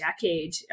decade